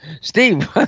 Steve